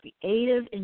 creative